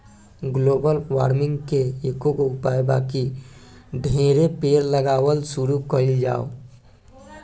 global warming के एकेगो उपाय बा की ढेरे पेड़ लगावल शुरू कइल जाव